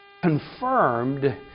confirmed